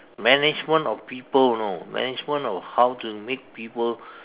management of people you know management of how to make people